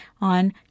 on